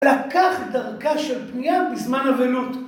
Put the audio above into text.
לקחת דרכה של פנייה בזמן אבלות.